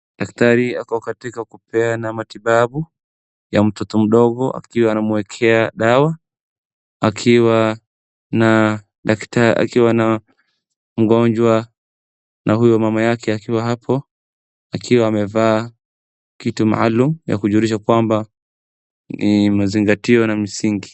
Daktari ako katika kupeana matibabu ya mtoto mdogo akiwa anamwekea dawa akiwa na mgonjwa na huyo mama yake akiwa hapo akiwa amevaa kitu maalum ya kujulisha kwamba imezingatiwa na misingi.